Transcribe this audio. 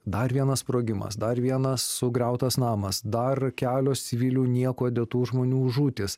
dar vienas sprogimas dar vienas sugriautas namas dar kelios civilių niekuo dėtų žmonių žūtis